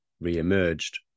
re-emerged